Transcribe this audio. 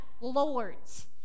lords